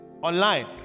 online